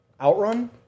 OutRun